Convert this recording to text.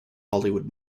hollywood